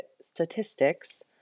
statistics